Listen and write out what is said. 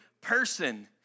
person